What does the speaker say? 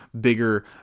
bigger